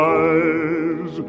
eyes